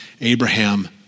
Abraham